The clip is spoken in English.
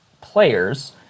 players